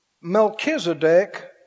Melchizedek